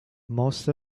most